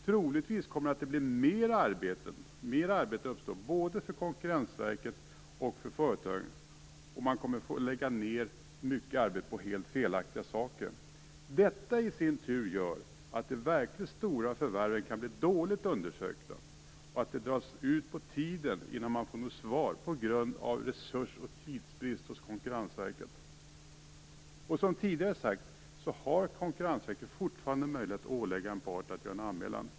Troligtvis kommer det att bli mer arbete både för Konkurrensverket och för företagen, och man kommer att lägga ned mycket arbete på helt felaktiga saker. Detta i sin tur gör att de verkligen stora förvärven kan bli dåligt undersökta och att det drar ut på tiden innan man får något svar på grund av resursoch tidsbrist hos Konkurrensverket. Som tidigare sagts har Konkurrensverket fortfarande möjlighet att ålägga en part att göra en anmälan.